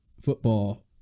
Football